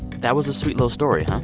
that was a sweet little story, huh?